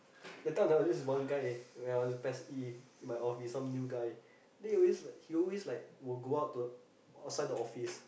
that time there was this one guy when I was P_E_S E in my office some new guy then he always like he always like will go out to outside the office